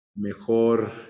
mejor